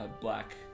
black